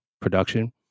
production